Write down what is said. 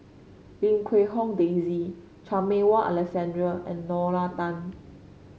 Lim Quee Hong Daisy Chan Meng Wah Alexander and Lorna Tan